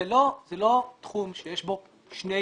זה לא תחום שיש בו שני